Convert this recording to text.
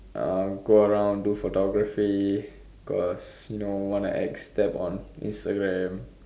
uh go around do photography cause you know wanna act step on Instagram